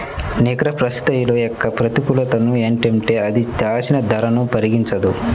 నికర ప్రస్తుత విలువ యొక్క ప్రతికూలతలు ఏంటంటే అది దాచిన ధరను పరిగణించదు